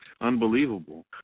unbelievable